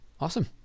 awesome